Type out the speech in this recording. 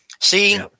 See